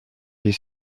les